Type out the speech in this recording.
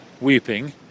weeping